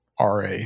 RA